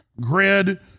grid